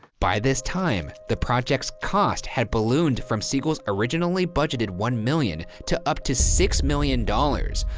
by this time, the project's cost had ballooned from siegel's originally budgeted one million to up to six million dollars,